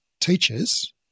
teachers